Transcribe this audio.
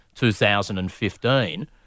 2015